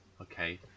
okay